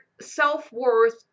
self-worth